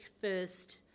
first